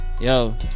yo